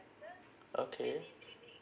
okay